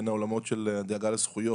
בין העולמות של הדאגה לזכויות,